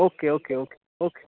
okay okay okay okay